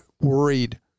worried